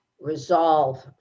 resolve